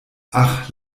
ach